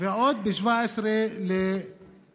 ועוד ב-17 במרץ,